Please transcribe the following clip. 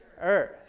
earth